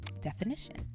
definition